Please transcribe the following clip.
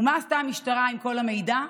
ומה עשתה המשטרה עם כל המידע?